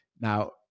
Now